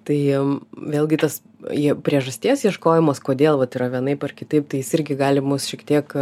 tai jiem vėlgi tas jie priežasties ieškojimas kodėl vat yra vienaip ar kitaip tai jis irgi gali mus šiek tiek